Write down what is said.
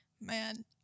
man